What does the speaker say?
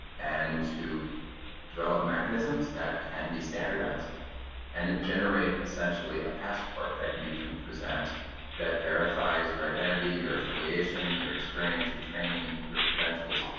and to develop mechanisms that can be standardized and generate essentially a passport that you can present that verifies your identity, your affiliation, your experience, your training, your credentials,